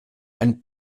ein